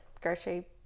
grocery